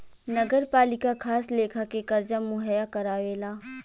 नगरपालिका खास लेखा के कर्जा मुहैया करावेला